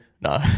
No